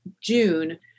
June